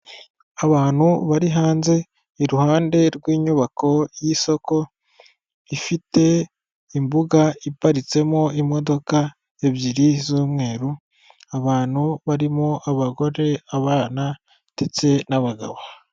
Abantu bari hanze iruhande rw'inyubako y'isoko ifite imbuga iparitsemo imodoka ebyiri z'umweru, abantu barimo abagore, abana ndetse n'abagabo.